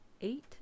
Eight